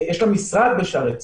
יש לה משרד בשערי צדק.